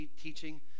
teaching